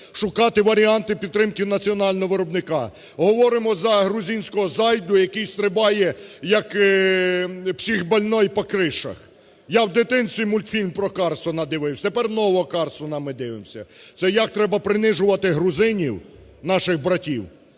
шукати варіанти підтримки національного виробника, говоримо за грузинського зайду, який стрибає, як психбольной, по кришах. Я в дитинстві мультфільм про Карлсона дивився, тепер нового Карлсона ми дивимося. Це як треба принижувати грузинів, наших братів,